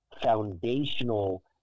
foundational